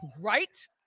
Right